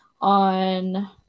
on